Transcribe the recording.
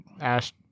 Ash